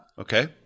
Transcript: Okay